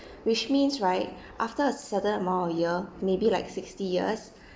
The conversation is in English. which means right after a certain amount of year maybe like sixty years